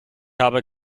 habe